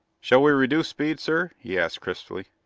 shall we reduce speed, sir? he asked crisply.